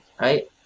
right